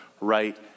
right